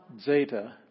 zeta